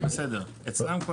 זה בסדר.